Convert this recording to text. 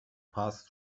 passed